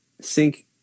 sync